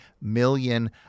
million